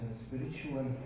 spiritual